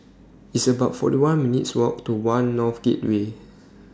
It's about forty one minutes' Walk to one North Gateway